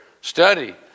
study